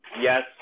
yes